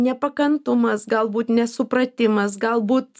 nepakantumas galbūt nesupratimas galbūt